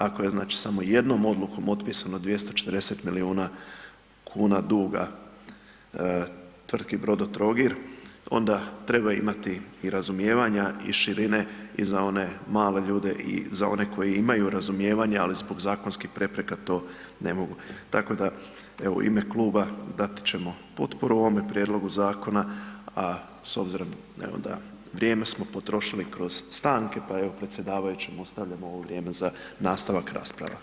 Ako je znači samo jednom odlukom otpisano 240 milijuna kuna duga tvrtki Brodotrogir onda treba imati i razumijevanja i širine i za one male ljude i za one koji imaju razumijevanja, ali zbog zakonskih prepreka to ne mogu, tako da evo u ime kluba dati ćemo potporu ovome prijedlogu zakona, a s obzirom da je onda, vrijeme smo potrošili kroz stanke, pa evo predsjedavajućem ostavljam ovo vrijeme za nastavak rasprava.